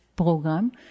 Program